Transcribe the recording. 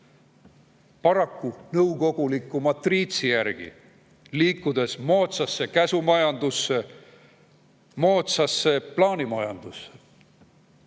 paraku nõukoguliku matriitsi järgi, liikudes moodsasse käsumajandusse, moodsasse plaanimajandusse. Jah,